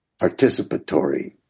participatory